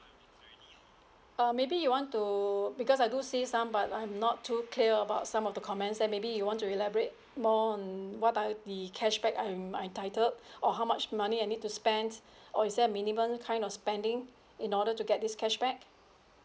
uh maybe you want to because I do see some but I'm not to clear about some of the comments then maybe you want to elaborate more on what are the cashback I'm entitled or how much money I need to spend or is there a minimum kind of spending in order to get this cashback